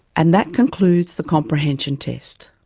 and that concludes the comprehension test.